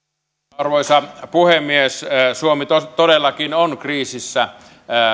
arvoisa puhemies suomi todellakin on kriisissä